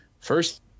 First